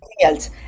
else